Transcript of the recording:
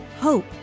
hope